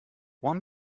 won